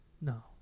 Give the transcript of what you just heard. no